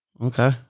Okay